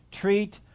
Treat